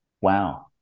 wow